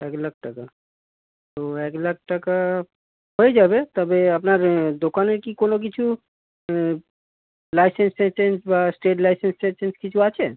এক লাখ টাকা তো এক লাখ টাকা হয়ে যাবে তবে আপনার দোকানের কি কোনো কিছু লাইসেন্স টাইসেন্স বা স্টেট লাইসেন্স টাইসেন্স কিছু আছে